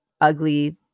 ugly